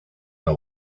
know